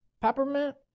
Peppermint